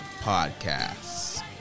podcasts